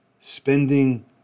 Spending